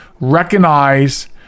recognize